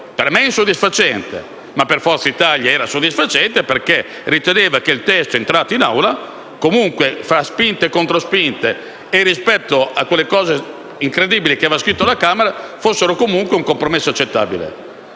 Per me era insoddisfacente, ma per Forza Italia era soddisfacente in quanto riteneva che il testo arrivato in Assemblea, fra spinte e controspinte e rispetto alle cose incredibili scritte alla Camera, fosse comunque un compromesso accettabile.